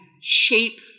shape